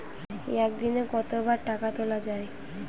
একদিনে কতবার টাকা তোলা য়ায়?